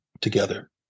together